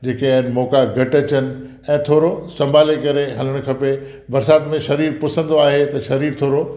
जेके आहिनि मौक़ा घटि अचनि ऐं थोरो संभाले करे हलणु खपे बरसाति में शरीर पुसंदो आहे उते शरीर थोरो